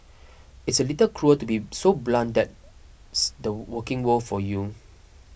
it's a little cruel to be so blunt that's the working world for you